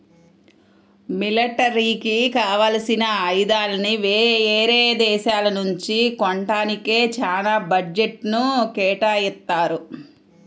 మిలిటరీకి కావాల్సిన ఆయుధాలని యేరే దేశాల నుంచి కొంటానికే చానా బడ్జెట్ను కేటాయిత్తారు